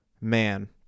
man